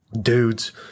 Dudes